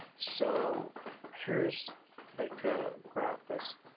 so here's like a graph that's